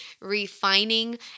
refining